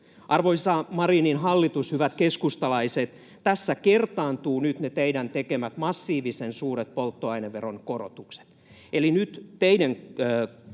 Arvoisa Marinin hallitus, hyvät keskustalaiset, tässä kertaantuvat nyt ne teidän tekemänne massiivisen suuret polttoaineveron korotukset.